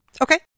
Okay